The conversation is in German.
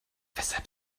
weshalb